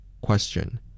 Question